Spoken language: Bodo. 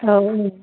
औ औ